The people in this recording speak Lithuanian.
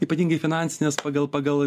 ypatingai finansines pagal pagal